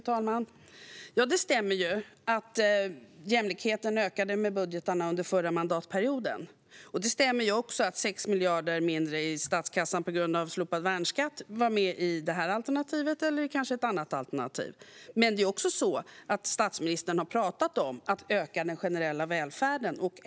Fru talman! Det stämmer att jämlikheten ökade med budgetarna under den förra mandatperioden. Det stämmer också att 6 miljarder mindre i statskassan på grund av slopad värnskatt var med i det här alternativet och kanske i ett annat alternativ. Statsministern har pratat om att öka den generella välfärden.